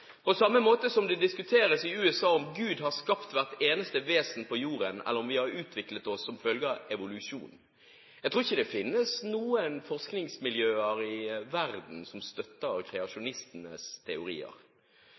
på samme måte som det diskuteres i USA om Gud har skapt hvert eneste vesen på jorden, eller om vi har utviklet oss som følge av evolusjonen. Jeg tror ikke det finnes noen forskningsmiljøer i verden som støtter kreasjonistenes teorier.